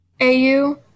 AU